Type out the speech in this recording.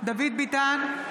דוד ביטן,